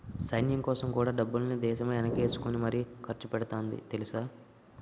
సైన్యంకోసం కూడా డబ్బుల్ని దేశమే ఎనకేసుకుని మరీ ఖర్చుపెడతాంది తెలుసా?